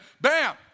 bam